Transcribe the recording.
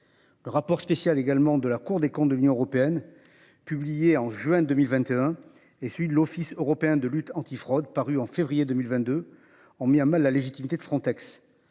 Rapport spécial également de la Cour des comptes de l'Union européenne publié en juin 2021 et celui de l'Office européen de lutte antifraude, paru en février 2022 ont mis à mal la légitimité de Frontex.